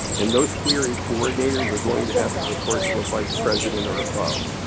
and those clery coordinators are going to have to report to a vice president or above.